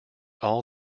all